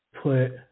put